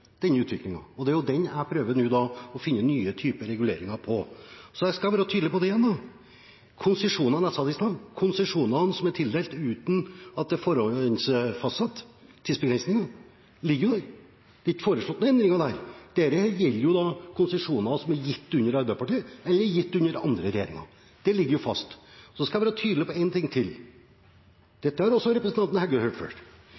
Og det er det jeg nå prøver å finne nye typer reguleringer for. Så jeg skal igjen være tydelig – og jeg sa det i stad: De konsesjonene som er tildelt uten at det er forhåndsfastsatt tidsbegrensinger, ligger der. Det er ikke foreslått noen endringer. Dette gjelder konsesjoner som er gitt under Arbeiderpartiet, eller gitt under andre regjeringer. Det ligger fast. Så skal jeg være tydelig på én ting til, og dette har også representanten Heggø hørt